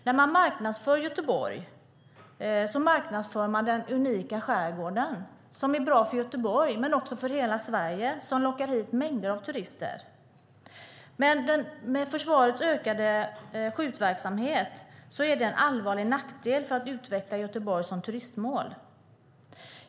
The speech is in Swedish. När man marknadsför Göteborg marknadsför man den unika skärgården, som är bra för Göteborg men också för hela Sverige och lockar dit mängder av turister. Men försvarets ökade skjutverksamhet är en allvarlig nackdel för att utveckla Göteborg som turistmål.